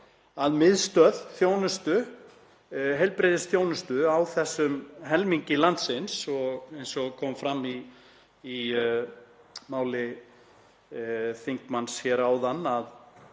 að miðstöð heilbrigðisþjónustu á þessum helmingi landsins. Eins og kom fram í máli þingmanns hér áðan þá